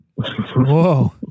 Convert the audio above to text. Whoa